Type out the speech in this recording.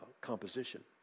composition